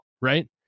right